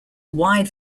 wide